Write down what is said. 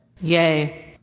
Yay